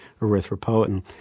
erythropoietin